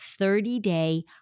30-day